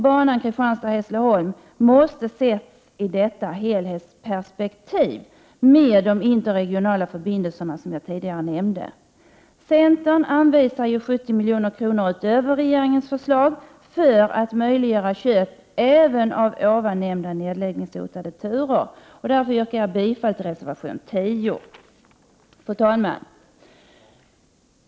Banan Kristianstad-Hässleholm måste ses i detta helhetsperspektiv tillsammans med de interregionala förbindelserna, som jag tidigare nämnde. 57 Centern vill anvisa 70 milj.kr. utöver regeringens förslag för att möjliggöra köp av även här nämnda nedläggningsdrabbade turer. Därför yrkar jag bifall till reservation 10. Fru talman!